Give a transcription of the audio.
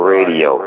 Radio